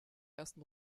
ersten